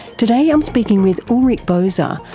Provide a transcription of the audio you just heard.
today i'm speaking with ulrich boser,